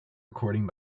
recording